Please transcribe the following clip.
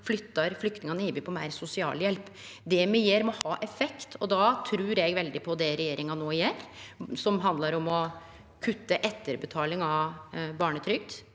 flyttar flyktningane over på meir sosialhjelp. Det me gjer, må ha effekt, og då trur eg veldig på det regjeringa no gjer, som handlar om å kutte etterbetaling av barnetrygd,